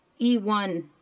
E1